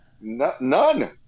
None